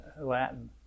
Latin